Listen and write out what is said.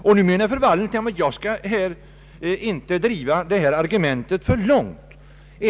Fru Wallentheim menar att jag inte skall driva detta argument för långt.